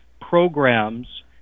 programs